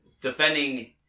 defending